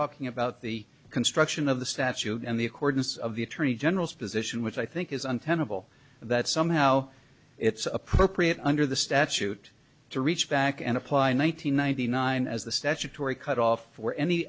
talking about the construction of the statute and the accordance of the attorney general's position which i think is untenable that somehow it's appropriate under the statute to reach back and apply nine hundred ninety nine as the statutory cut off for any